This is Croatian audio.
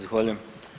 Zahvaljujem.